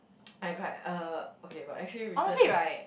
I cry uh okay but actually recent